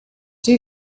two